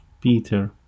Peter